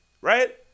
Right